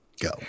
go